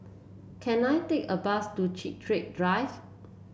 can I take a bus to Chiltern Drive